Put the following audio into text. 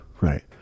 right